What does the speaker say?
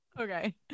Okay